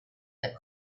that